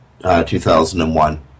2001